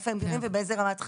איפה הם גרים ובאיזה רמת חיים.